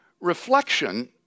reflection